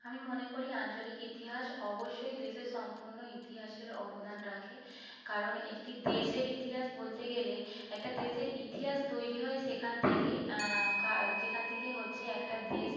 আমি মনে করি আঞ্চলিক ইতিহাস অবশ্যই দেশের সম্পূর্ণ ইতিহাসের অবদান রাখে কারণ একটি দেশের ইতিহাস বলতে গেলে একটা দেশের ইতিহাস তৈরি হয় সেখান থেকেই যেখান থেকে হচ্ছে একটা দেশ